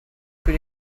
più